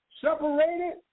separated